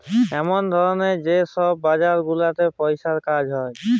এমল ধরলের যে ছব বাজার গুলাতে পইসার কাজ হ্যয়